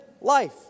life